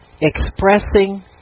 expressing